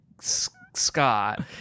Scott